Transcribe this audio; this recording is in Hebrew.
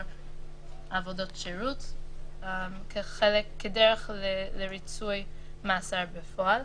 עבודות שירות כדרך לריצוי מאסר בפועל.